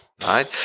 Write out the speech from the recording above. right